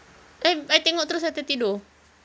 I I tengok terus I tertidur